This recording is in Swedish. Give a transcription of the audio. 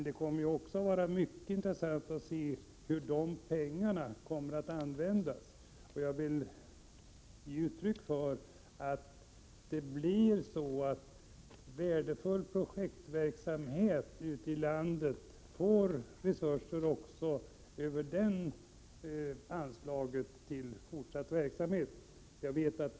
Det kommer att bli intressant att se hur dessa pengar kommer att användas. Jag vill ge uttryck för det önskemålet att värdefull projektverksamhet ute i landet också skall få resurser till fortsatt verksamhet över detta anslag.